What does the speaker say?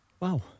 Wow